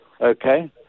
okay